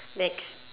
next